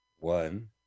one